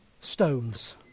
stones